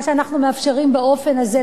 מה שאנחנו מאפשרים באופן הזה,